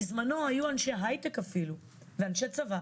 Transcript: בזמנו היו אנשי הייטק אפילו ואנשי צבא,